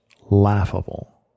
laughable